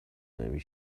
نمی